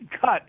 cut